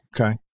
Okay